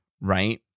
Right